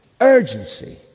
urgency